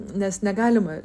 nes negalima